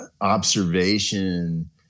Observation